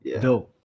Dope